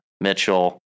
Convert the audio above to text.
Mitchell